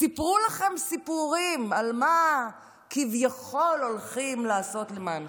סיפרו לכם סיפורים על מה כביכול הולכים לעשות למענכם.